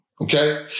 Okay